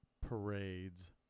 parades